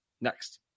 next